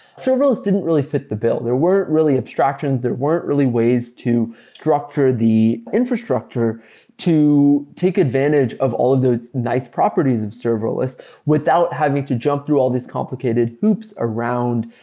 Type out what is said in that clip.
serverless didn't really fit the bill. there weren't really abstractions. there weren't really ways to structure the infrastructure to take advantage of all of those nice properties of serverless without having to jump through all these complicated hoops around,